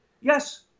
Yes